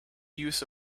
use